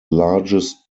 largest